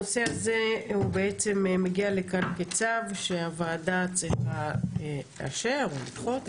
הנושא הזה הוא בעצם מגיע לכאן כצו שהוועדה צריכה לאשר או לדחות,